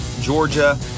Georgia